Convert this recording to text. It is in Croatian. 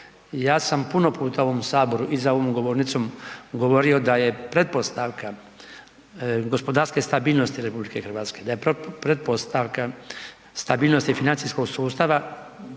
Ja sam puno puta u ovom Saboru i za ovom govornicom govorio da je pretpostavka gospodarske stabilnosti RH da je pretpostavka stabilnosti financijskog sustava